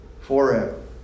forever